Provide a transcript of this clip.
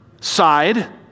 side